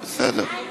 בסדר.